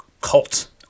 cult